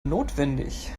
notwendig